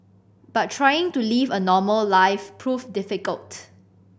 but trying to live a normal life proved difficult